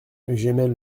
j’émets